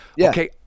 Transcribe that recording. Okay